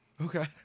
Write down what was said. Okay